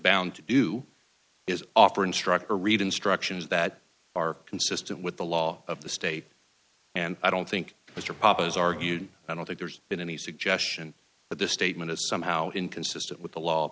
bound to do is offer instructor read instructions that are consistent with the law of the state and i don't think that your papas argued i don't think there's been any suggestion that this statement is somehow inconsistent with the law